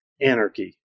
anarchy